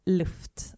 luft